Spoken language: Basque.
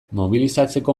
mobilizatzeko